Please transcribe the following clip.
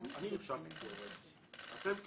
אני נכשלתי כהורה, אתם כפרלמנט,